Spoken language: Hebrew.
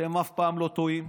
אתם אף פעם לא טועים,